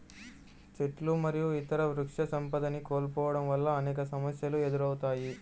చెట్లు మరియు ఇతర వృక్షసంపదని కోల్పోవడం వల్ల అనేక సమస్యలు ఎదురవుతాయి